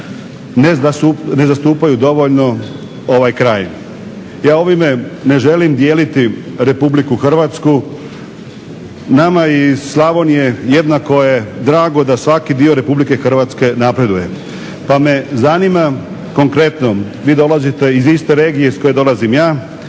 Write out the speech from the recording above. ne zastupaju dovoljno ovaj kraj. Ja ovime ne želim dijeliti Republiku Hrvatsku, nama iz Slavonije jednako je drago da svaki dio RH napreduje. Pa me zanima konkretno, vi dolazite iz iste regije iz koje dolazim ja,